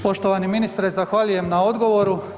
Poštovani ministre zahvaljujem na odgovoru.